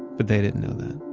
but they didn't know that.